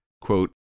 quote